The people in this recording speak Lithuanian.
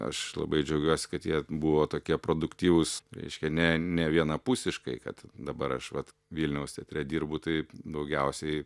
aš labai džiaugiuosi kad jie buvo tokie produktyvūs reiškia ne nevienapusiškai kad dabar aš vat vilniaus teatre dirbu taip daugiausiai